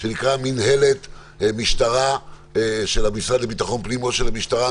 שנקרא מינהלת משטרה של המשרד לביטחון פנים או של המשטרה,